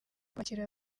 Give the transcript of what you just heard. kwakira